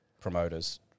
promoters